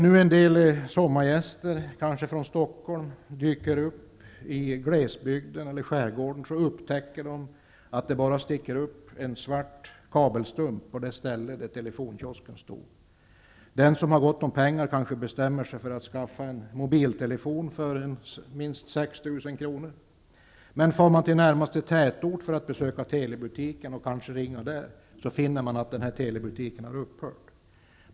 När en del sommargäster kanske från Stockholm dyker upp i glesbygden eller skärgården upptäcker de att det bara sticker upp en svart kabelstump på det ställe där telefonkiosken stod. Den som har gott om pengar kanske bestämmer sig för att skaffa en mobiltelefon för minst 6 000 kr. Om man far till närmaste tätort för att besöka telebutiken för att ringa där, finner man kanske att denna har upphört.